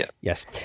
Yes